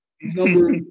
number